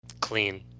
clean